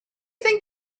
think